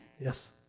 Yes